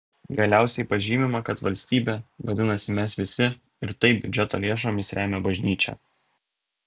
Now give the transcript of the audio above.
galiausiai pažymima kad valstybė vadinasi mes visi ir taip biudžeto lėšomis remia bažnyčią